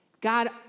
God